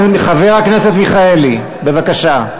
חבר הכנסת מיכאלי, בבקשה.